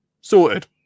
sorted